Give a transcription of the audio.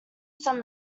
some